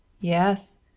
Yes